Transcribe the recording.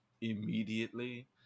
immediately